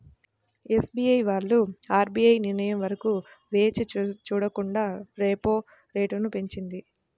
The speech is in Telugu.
ఎస్బీఐ వాళ్ళు ఆర్బీఐ నిర్ణయం వరకు వేచి చూడకుండా రెపో రేటును పెంచింది